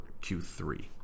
Q3